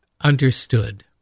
understood